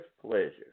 pleasure